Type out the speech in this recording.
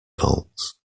volts